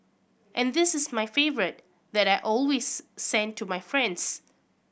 and this is my favourite that I always send to my friends